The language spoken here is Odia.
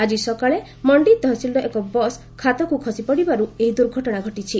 ଆଜି ସକାଳେ ମଣ୍ଡି ତହସିଲର ଏକ ବସ୍ ଖାତକୁ ଖସିପଡ଼ିବାରୁ ଏହି ଦୁର୍ଘଟଣା ଘଟିଛି